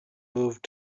moved